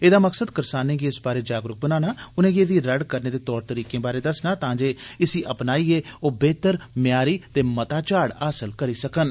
एह्दा मकसद करसानें गी इस बारे जागरूक बनाना उनेंगी एह्दी रड़ करने दे तौर तरीकें बारे दस्सना ऐ तां जे इसी अपनाइयै ओह् बेह्तर म्यारी ते मता झाड़ हासल करी सकन